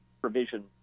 provision